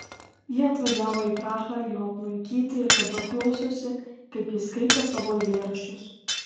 ji atvažiavo į prahą jo aplankyti ir dabar klausosi kaip jis skaito savo eilėraščius